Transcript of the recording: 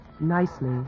Nicely